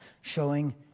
showing